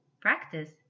practice